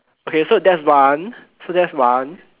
okay so that's one so that's one